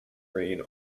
green